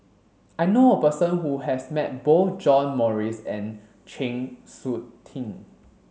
I know a person who has met both John Morrice and Chng Seok Tin